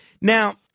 Now